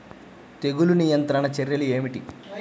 తెగులు నియంత్రణ చర్యలు ఏమిటి?